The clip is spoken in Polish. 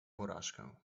porażkę